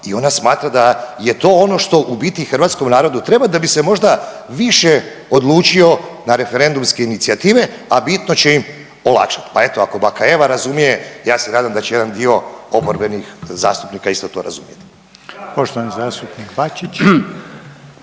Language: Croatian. I ona smatra da je to ono što u biti hrvatskom narodu treba da bi se možda više odlučio na referendumske inicijative, a bitno će im olakšati. Pa eto ako baka Eva razumije ja se nadam da će jedan dio oporbenih zastupnika isto to razumjeti. **Reiner,